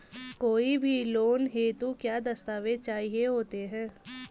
कोई भी लोन हेतु क्या दस्तावेज़ चाहिए होते हैं?